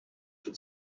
that